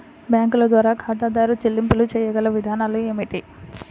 బ్యాంకుల ద్వారా ఖాతాదారు చెల్లింపులు చేయగల విధానాలు ఏమిటి?